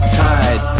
tied